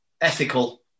ethical